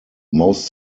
most